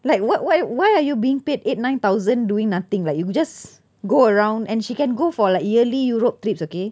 like what why why are you being paid eight nine thousand doing nothing like you could just go around and she can go for like yearly europe trips okay